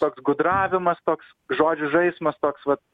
toks gudravimas toks žodžių žaismas toks vat